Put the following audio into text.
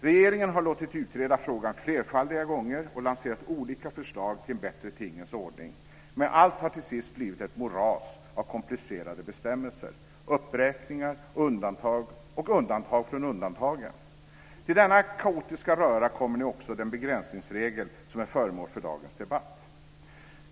Regeringen har låtit utreda frågan flerfaldiga gånger och lanserat olika förslag till en bättre tingens ordning, men allt har till sist blivit ett moras av komplicerade bestämmelser, uppräkningar, undantag och undantag från undantagen. Till denna kaotiska röra kommer nu också den begränsningsregel som är föremål för dagens debatt.